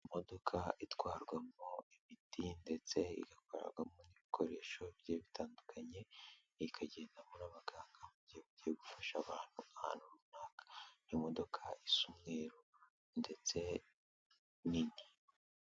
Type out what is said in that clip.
Imodoka itwarwamo imiti ndetse igakorerwamo n'ibikoresho bigiye bitandukanye ikagendamo abaganga mu gihe bagiye gufasha abantu ahantu runaka, imodoka isa umweru ndetse nini.